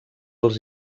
els